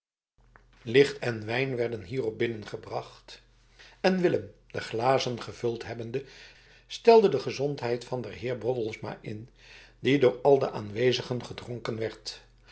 licht en wijn werden hierop binnengebracht en willem de glazen gevuld hebbende stelde de gezondheid van den heer broddelsma in die door al de aanwezigen gedronken werd